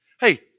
Hey